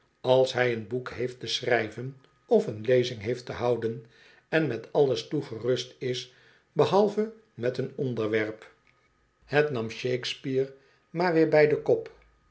als hij een boek heeft te schrijven of een lezing heeft te houden en met alles toegerust is behalve met een onderwerp het nam shakesp'eare maar weer bij den kop